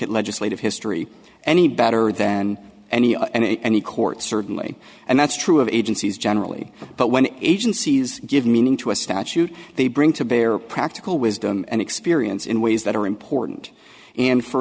at legislative history any better than any other and any court certainly and that's true of agencies generally but when agencies give meaning to a statute they bring to bear practical wisdom and experience in ways that are important and for